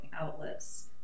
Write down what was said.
outlets